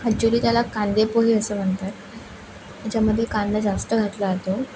actually त्याला कांदेपोहे असं म्हणतात ज्यामध्ये कांदा जास्त घातला जातो